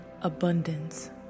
abundance